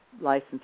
license